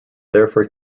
therefore